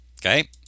Okay